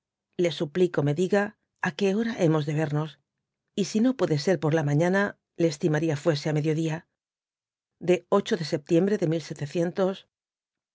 le suplico me diga á que hora hemos de vemos y si no puede ser por la mañana le estimaría fuese á mediodía de de septiend re de